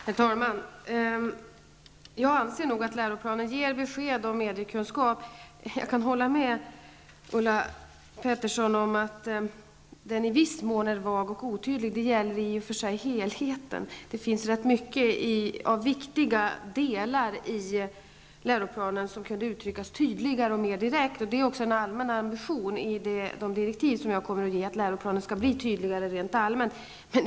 Herr talman! Jag anser nog att läroplanen ger besked om mediekunskap. Men jag kan hålla med Ulla Pettersson om att den i viss mån är vag och otydlig, och det gäller i och för sig helheten. Det finns många viktiga delar i läroplanen som kunde uttryckas tydligare och mer direkt. Att läroplanen rent allmänt skall bli tydligare är också en ambition som jag kommer att uttrycka i de direktiv som jag skall ge.